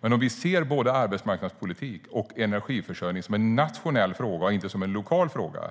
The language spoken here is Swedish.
Men om vi ser både arbetsmarknadspolitik och energiförsörjning som nationella frågor och inte som lokala frågor